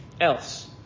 else